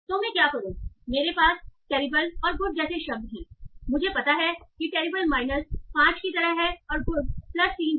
तो मैं क्या करूं मेरे पास टेरिबल और गुड जैसे शब्द हैं मुझे पता है कि टेरिबल माइनस 5 की तरह है और गुड प्लस 3 हैं